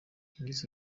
yagize